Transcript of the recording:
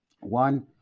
One